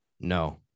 No